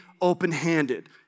open-handed